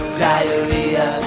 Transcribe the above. diarrhea